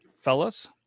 fellas